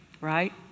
right